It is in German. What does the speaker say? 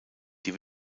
die